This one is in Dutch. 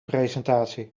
presentatie